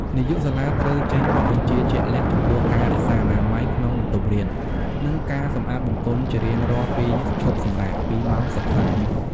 នាយកសាលាត្រូវចេញបទបញ្ជាជាក់លាក់ចំពោះការរក្សាអនាម័យក្នុងបន្ទប់រៀន និងការសម្អាតបង្គន់ជារៀងរាល់ពេលឈប់សម្រាកពីម៉ោងសិក្សា។